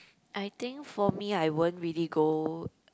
I think for me I won't really go